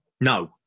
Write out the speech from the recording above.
no